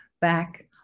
back